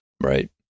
Right